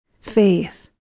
faith